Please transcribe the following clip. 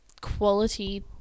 quality